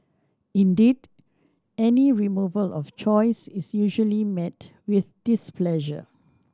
indeed any removal of choice is usually met with displeasure